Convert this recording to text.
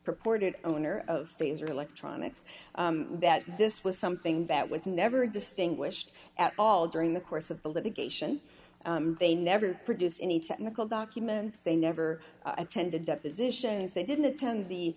purported owner of fraser electronics that this was something that was never a distinguished at all during the course of the litigation they never produced any technical documents they never attended depositions they didn't attend the